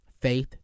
faith